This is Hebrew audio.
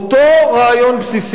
אותו רעיון בסיסי.